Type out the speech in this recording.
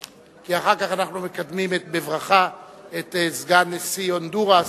כי אחר כך אנחנו מקדמים בברכה את סגן נשיא הונדורס,